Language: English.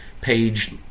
page